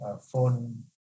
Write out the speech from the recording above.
phone